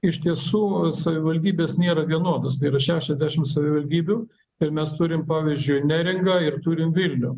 iš tiesų savivaldybės nėra vienodos tai yra šešiasdešimt savivaldybių ir mes turim pavyzdžiui neringą ir turim vilnių